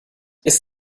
ist